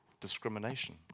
discrimination